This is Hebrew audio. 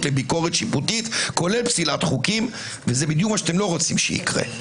לביקורת שיפוטית כולל פסילת חוקים וזה בדיוק מה שאתם לא רוצים שיקרה.